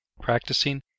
practicing